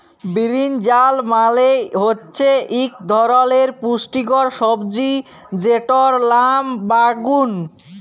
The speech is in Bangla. বিরিনজাল মালে হচ্যে ইক ধরলের পুষ্টিকর সবজি যেটর লাম বাগ্যুন